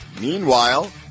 Meanwhile